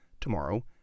Tomorrow